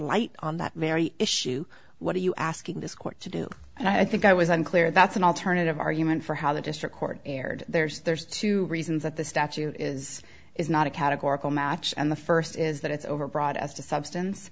light on that very issue what are you asking this court to do and i think i was unclear that's an alternative argument for how the district court erred there's there's two reasons that the statute is is not a categorical match and the first is that it's overbroad as to substance